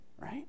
right